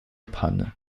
panne